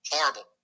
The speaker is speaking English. Horrible